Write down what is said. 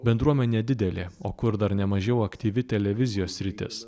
bendruomenė nedidelė o kur dar nemažiau aktyvi televizijos sritis